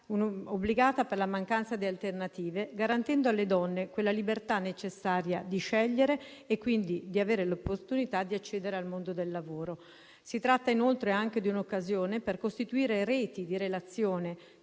obbligata per la mancanza di alternative, garantendo alle donne quella libertà necessaria di scegliere e quindi di avere l'opportunità di accedere al mondo del lavoro. Si tratta, inoltre, anche di un'occasione per costituire reti di relazione